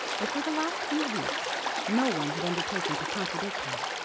but for the last few weeks no one had undertaken to contradict her.